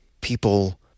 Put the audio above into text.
people